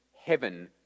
heaven